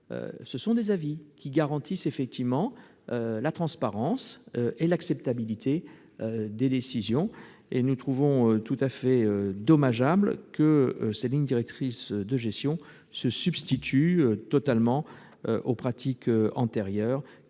Ce sont des avis, qui garantissent, effectivement, la transparence et l'acceptabilité des décisions. Nous trouvons tout à fait dommageable que ces lignes directrices de gestion se substituent totalement aux pratiques antérieures